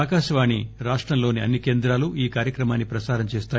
ఆకాశవాణి రాష్టంలోని అన్ని కేంద్రాలు ఈ కార్యక్రమాన్ని ప్రసారం చేస్తాయి